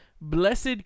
Blessed